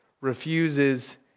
refuses